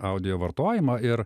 audio vartojimą ir